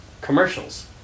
commercials